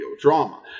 drama